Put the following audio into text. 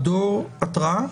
מדור התרעה.